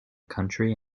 country